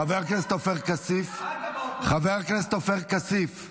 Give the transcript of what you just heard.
חבר הכנסת עופר כסיף --- אדוני היושב-ראש,